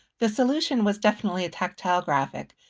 the solution was definitely a tactile graphic.